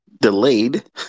Delayed